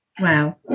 Wow